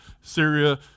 Syria